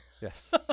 Yes